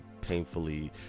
painfully